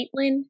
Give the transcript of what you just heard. Caitlin